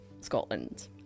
Scotland